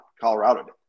Colorado